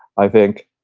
i think,